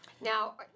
now